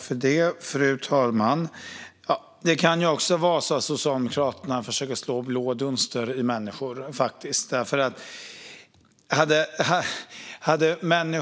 Fru talman! Det kan ju också vara så att Socialdemokraterna försöker att slå blå dunster i ögonen på människor.